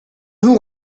who